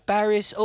Paris